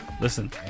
Listen